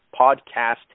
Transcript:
podcast